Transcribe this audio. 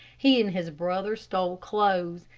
he and his brother stole clothes,